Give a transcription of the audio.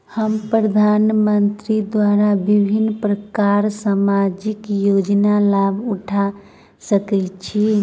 हम प्रधानमंत्री द्वारा विभिन्न प्रकारक सामाजिक योजनाक लाभ उठा सकै छी?